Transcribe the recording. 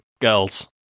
girls